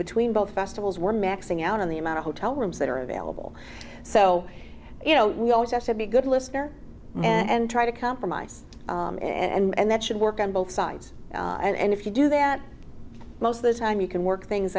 between both festivals we're maxing out on the amount of hotel rooms that are available so you know we always have to be a good listener and try to compromise and that should work on both sides and if you do that most of the time you can work things